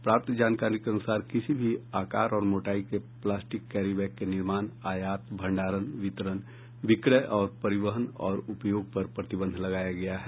प्राप्त जानकारी के अनुसार किसी भी आकार और मोटाई के प्लास्टिक कैरी बैग के निर्माण आयात भंडारण वितरण बिक्रय परिवहन और उपयोग पर प्रतिबंध लगाया गया है